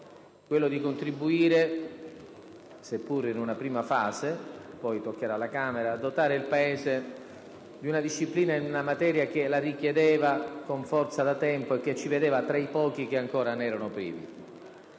quello di contribuire, seppur in una prima fase perché poi toccherà alla Camera, a dotare il Paese di una disciplina in una materia che la richiedeva con forza da tempo e che ci vedeva tra i pochi che ancora ne erano privi.